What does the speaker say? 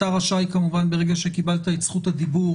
אתה רשאי כמובן ברגע שקיבלת את זכות הדיבור